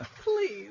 Please